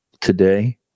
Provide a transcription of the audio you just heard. today